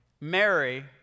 Mary